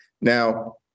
Now